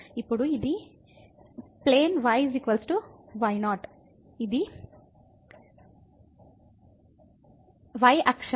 ఇప్పుడు ఇది విమానం y y0 ఇది y అక్షం